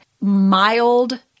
mild